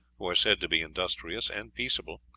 who are said to be industrious and peaceable,